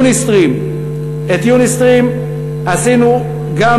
"יוניסטרים" את "יוניסטרים" עשינו גם